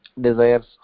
desires